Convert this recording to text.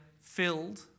filled